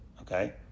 Okay